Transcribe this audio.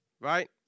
right